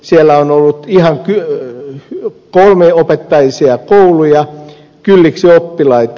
siellä on ollut ihan kolmeopettajaisia kouluja kylliksi oppilaita